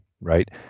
right